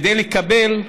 כדי לקבל,